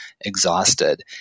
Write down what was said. exhausted